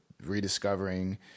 rediscovering